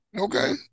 Okay